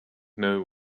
know